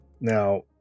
Now